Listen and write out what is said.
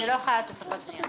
זה לא חל על תוספות בנייה.